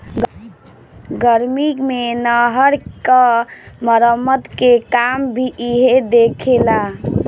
गर्मी मे नहर क मरम्मत के काम भी इहे देखेला